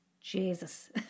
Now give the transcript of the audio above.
Jesus